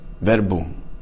verbum